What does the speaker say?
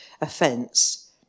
offence